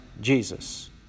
Jesus